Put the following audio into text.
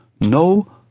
no